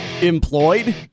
employed